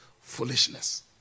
foolishness